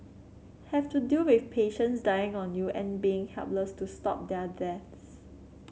have to deal with patients dying on you and being helpless to stop their deaths